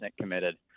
committed